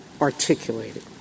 articulated